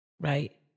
Right